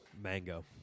mango